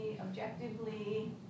objectively